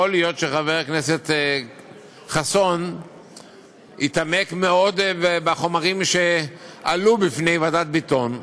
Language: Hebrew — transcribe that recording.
יכול להיות שחבר הכנסת חסון התעמק מאוד בחומרים שעלו בפני ועדת ביטון,